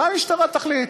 את זה המשטרה תחליט.